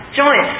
join